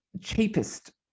cheapest